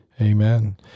Amen